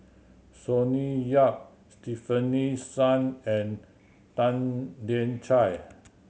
Sonny Yap Stefanie Sun and Tan Lian Chye